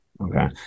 Okay